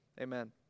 Amen